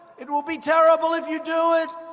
it will be terrible if you do it.